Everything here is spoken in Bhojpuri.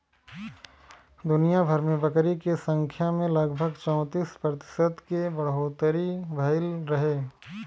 दुनियाभर में बकरी के संख्या में लगभग चौंतीस प्रतिशत के बढ़ोतरी भईल रहे